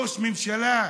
ראש ממשלה.